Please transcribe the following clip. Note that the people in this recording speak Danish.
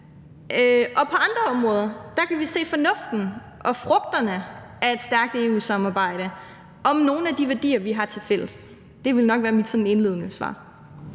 Og på andre områder kan vi se fornuften og frugterne af et stærkt EU-samarbejde om nogle af de værdier, vi har tilfælles. Det vil nok være sådan mit indledende svar.